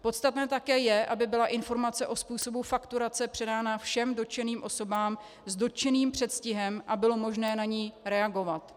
Podstatné také je, aby byla informace o způsobu fakturace předána všem dotčeným osobám s dotyčným předstihem a bylo možné na ni reagovat.